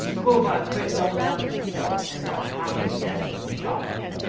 gulwad quit doubledown casino, and what happened next will shock you.